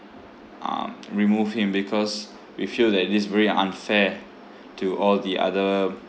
um remove him because we feel that it is very unfair to all the other